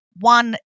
one